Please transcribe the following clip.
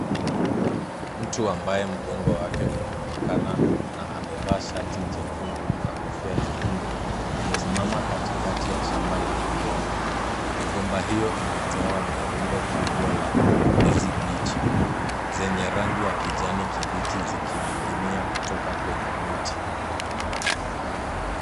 Mtu ambaye mgongo wake unaonekana na amevaa shati jekundu na kofia nyekundu, amesimama katikati ya shamba la migomba, migomba hiyo imejawa na rundo kubwa la ndizi mbichi, zenye rangi ya kijani kibichi zikining'inia kutoka kwenye miti.